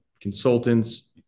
consultants